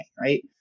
right